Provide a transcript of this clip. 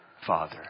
father